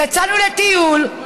יצאנו לטיול,